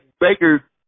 Baker